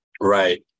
Right